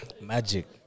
Magic